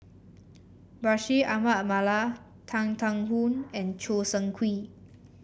Bashir Ahmad Mallal Tan Thuan Heng and Choo Seng Quee